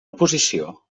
oposició